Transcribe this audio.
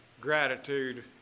gratitude